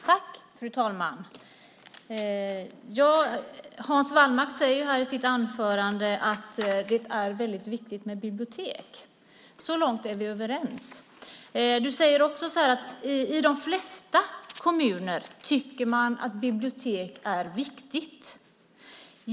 Fru talman! Hans Wallmark säger i sitt anförande att det är väldigt viktigt med bibliotek. Så långt är vi överens. Han säger också att man i de flesta kommuner tycker att bibliotek är viktiga.